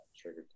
Trigger